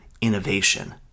innovation